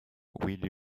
will